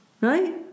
right